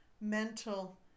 mental